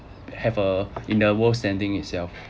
have uh in the world standing itself